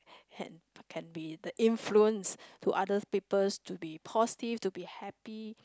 had can be the influence to other's people to be positive to be happy